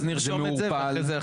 חברים, אז תמצאו מילה אחרת.